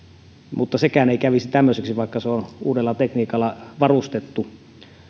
mutta sekään ei kävisi tämmöiseksi vaikka se on uudella tekniikalla varustettu